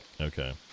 Okay